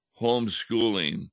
homeschooling